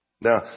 Now